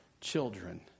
children